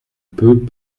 peux